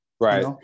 Right